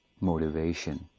motivation